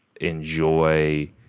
enjoy